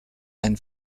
and